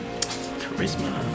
Charisma